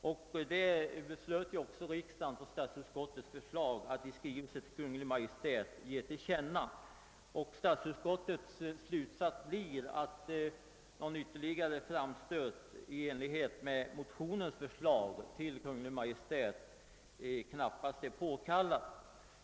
På statsutskottets förslag beslöt också riksdagen att i skrivelse till Kungl. Maj:t ge till känna vad utskottet anfört. Statsutskottets slutsats blir därför att någon ytterligare framstöt till Kungl. Maj:t knappast är påkallad.